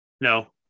No